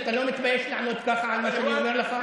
אתה לא מתבייש לענות ככה על מה שאני אומר לך?